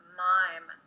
mime